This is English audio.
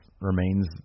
remains